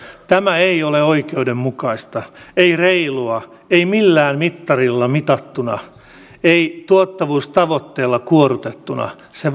tämä ei ole oikeudenmukaista ei reilua ei millään mittarilla mitattuna ei tuottavuustavoitteella kuorrutettuna se